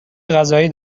غذایی